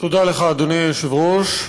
תודה לך, אדוני היושב-ראש.